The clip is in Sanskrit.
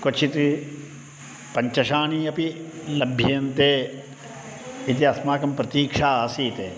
क्वचित् पञ्चशाः अपि लभ्यन्ते इति अस्माकं प्रतीक्षा आसीत्